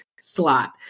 slot